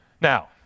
Now